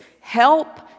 help